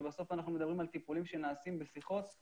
שבסוף אנחנו מדברים על טיפולים שנעשים בשיחות ולכן